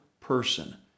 person